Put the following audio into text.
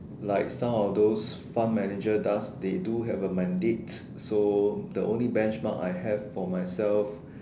like some of those fun manager does they do have a mandate so the only benchmark I have for myself